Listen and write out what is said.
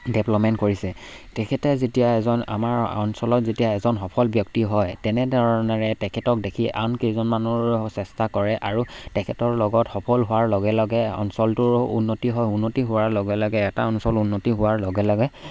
development কৰিছে তেখেতে যেতিয়া এজন আমাৰ অঞ্চলত যেতিয়া এজন সফল ব্যক্তি হয় তেনেধৰণেৰে তেখেতক দেখি আন কেইজনমানৰ চেষ্টা কৰে আৰু তেখেতৰ লগত সফল হোৱাৰ লগে লগে অঞ্চলটোৰ উন্নতি হয় উন্নতি হোৱাৰ লগে লগে এটা অঞ্চল উন্নতি হোৱাৰ লগে লগে